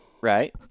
Right